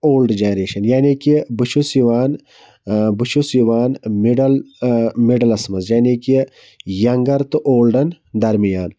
old generation یعنے کہ بہٕ چھُس یِوان بہٕ چھُس یِوان مِڈَل مِڈلَس مَنٛز یعنے کہ یَنٛگَن تہٕ اولڈَن درمیان